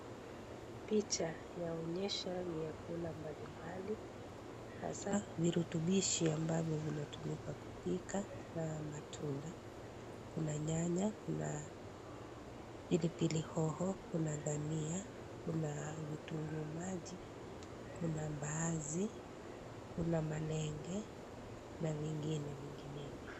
Picha yaonyesha vyakula mbalimbali hasa virutubishi ambavyo vimetumika kupika na matunda, kuna nyanya ,kuna, pilipilihoho, kuna dania, kuna vitunguu maji, kuna mbaazi, kuna malenge na vingine vinginevyo.